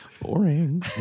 Boring